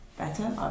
Better